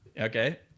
Okay